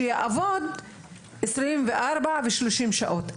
לעבוד 24 ו-30 שעות,